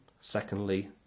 secondly